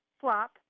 flop